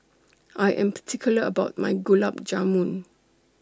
I Am particular about My Gulab Jamun